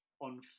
on